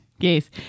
Yes